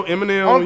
Eminem